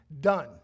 done